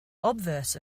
obverse